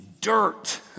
dirt